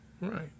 Right